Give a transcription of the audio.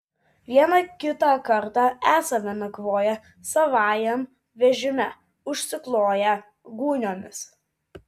vieną kitą kartą esame nakvoję savajam vežime užsikloję gūniomis